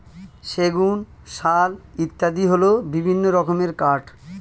সেগুন, শাল ইত্যাদি হল বিভিন্ন রকমের কাঠ